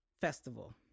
festival